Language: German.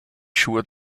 schuhe